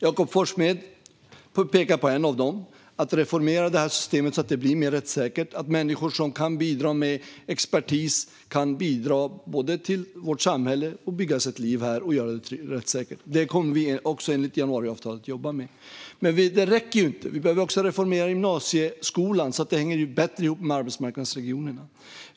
Jakob Forssmed pekade på en av dem: att reformera systemet så att det blir mer rättssäkert och så att människor som kan bidra med expertis kan bidra till vårt samhälle och bygga sig ett liv här och göra det rättssäkert. Detta kommer vi, enligt januariavtalet, att jobba med. Men det räcker inte. Vi behöver reformera gymnasieskolan så att den hänger bättre ihop med arbetsmarknadsregionerna.